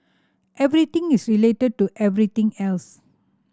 everything is related to everything else